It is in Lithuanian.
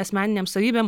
asmeninėm savybėm